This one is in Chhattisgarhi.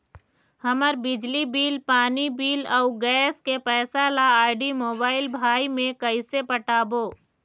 हमर बिजली बिल, पानी बिल, अऊ गैस के पैसा ला आईडी, मोबाइल, भाई मे कइसे पटाबो?